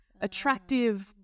attractive